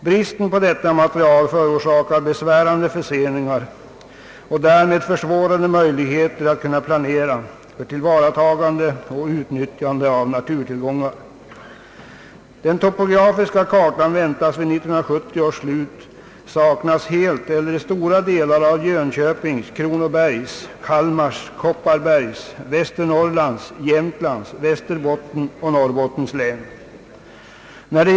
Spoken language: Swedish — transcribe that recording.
Bristen på detta material förorsakar besvärande förseningar och därmed försvårade möjligheter att planera för tillvaratagande och utnyttjande av naturtillgångar. Den topografiska kartan väntas vid 1970 års slut saknas helt eller i stora delar av Jönköpings, Kronobergs, Kalmar, Kopparbergs, Västernorrlands, Jämtlands, Västerbottens och Norrbottens län.